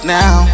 now